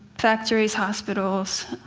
factories, hospitals,